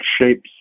shapes